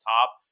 top